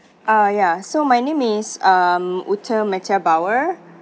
ah ya so my name is um ute mate bauer